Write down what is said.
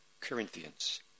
Corinthians